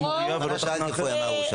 לא מוריה ולא תחנה אחרת.